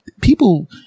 people